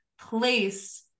place